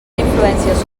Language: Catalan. influències